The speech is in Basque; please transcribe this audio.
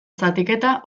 zatiketa